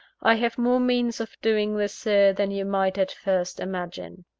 i have more means of doing this, sir, than you might at first imagine.